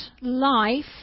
life